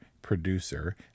producer